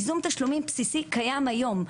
ייזום תשלומים בסיסי קיים היום,